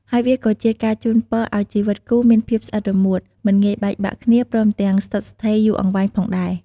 ហើយវាក៏ជាការជូនពរឲ្យជីវិតគូរមានភាពស្អិតរមួត មិនងាយបែកបាក់គ្នា ព្រមទាំងស្ថិតស្ថេរយូរអង្វែងផងដែរ។